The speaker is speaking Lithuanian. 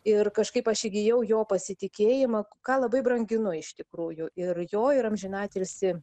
ir kažkaip aš įgijau jo pasitikėjimą ką labai branginu iš tikrųjų ir jo ir amžinatilsį